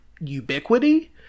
ubiquity